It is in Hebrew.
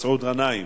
מסעוד גנאים,